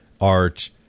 art